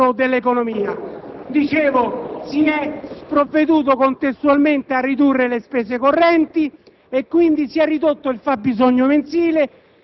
In tutto il mondo, quando si è voluto combattere l'evasione e portarla a livelli fisiologici si sono abbassate le aliquote,